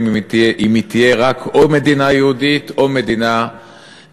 אם היא תהיה רק מדינה יהודית או רק מדינה דמוקרטית.